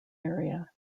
area